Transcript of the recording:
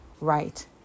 right